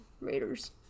Raiders